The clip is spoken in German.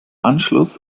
anschluss